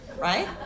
right